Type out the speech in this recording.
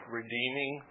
redeeming